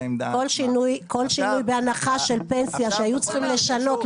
העמדה --- כל שינוי בהנחה של פנסיה שהיו צריכים לשנות,